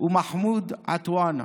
ומחמוד עטאונה.